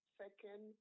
second